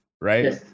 right